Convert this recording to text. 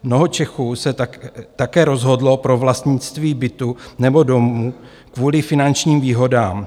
Mnoho Čechů se také rozhodlo pro vlastnictví bytu nebo domu kvůli finančním výhodám.